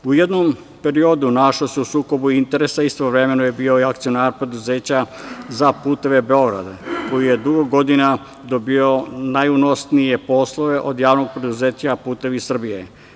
U jednom periodu se našao u sukobu interesa, istovremeno je bio akcionar preduzeća za puteve „Beograd“, koji je dugo godina dobijao najunosnije poslove od JP „Putevi Srbije“